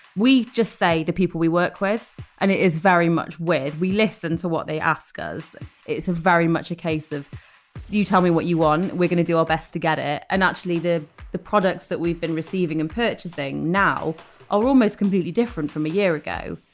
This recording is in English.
we just say the people we work with and it is very much where we listen to what they ask us it's a very much a case of you tell me what you want. we're going to do our best to get it. and actually the the products that we've been receiving and purchasing now are almost completely different from a year ago.